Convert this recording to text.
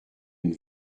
une